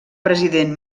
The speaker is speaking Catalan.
president